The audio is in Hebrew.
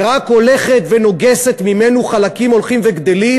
ורק הולכת ונוגסת ממנו חלקים הולכים וגדלים,